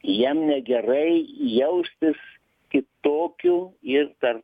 jiem negerai jaustis kitokiu ir dar